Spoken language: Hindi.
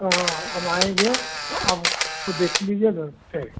हाँ हम आएँगे अब देख लीजिएगा ठीक